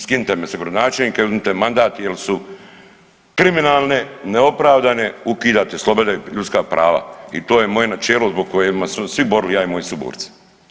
Skinite me s gradonačelnika i uzmite mi mandat jel su kriminalne, neopravdane ukidate slobode i ljudska prava i to je moje načelo zbog kojeg smo se svi borili ja i moji suborci.